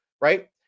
right